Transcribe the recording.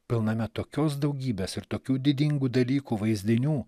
pilname tokios daugybės ir tokių didingų dalykų vaizdinių